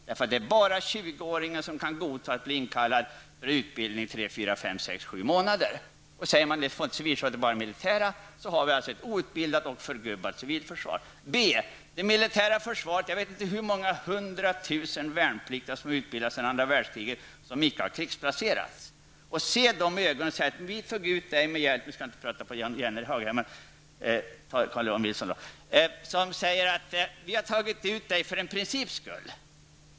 Det är bara 20-åringar som kan godta att bli inkallade för utbildning 3--7 månader, och får de inte kallas in till civilförsvaret utan bara till det militära försvaret får vi ett outbildat och förgubbat civilförsvar. För det andra: Jag vet inte hur många hundratusen värnpliktiga som har utbildats sedan andra världskriget och sedan inte krigsplacerats. Det är svårt att se dem i ögonen och säga: Vi tog ut dig -- jag skall då inte titta på Jan Jennehag som jag nyss gjorde; jag tar Carl-Johan Wilson i stället -- för en princips skull.